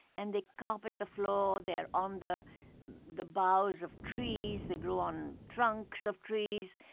and they carpet the floor, they're on the the boughs of trees, they grow on trunks of trees.